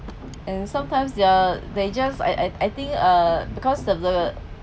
and sometimes they're they just I I I think uh because of the